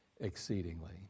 exceedingly